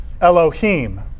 Elohim